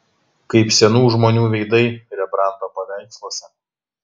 kaip senų žmonių veidai rembrandto paveiksluose